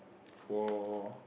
for